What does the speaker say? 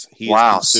wow